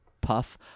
puff